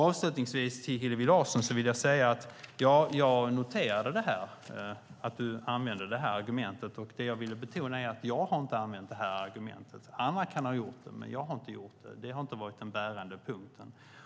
Avslutningsvis vill jag säga till Hillevi Larsson att jag noterade att du använde argumentet lönedumpning. Det jag vill betona är att jag inte har använt det argumentet. Andra kan ha gjort det, men jag har inte gjort det. Det har inte varit den bärande punkten.